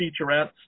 featurettes